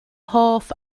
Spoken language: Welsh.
hoff